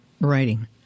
writing